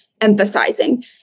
emphasizing